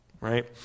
right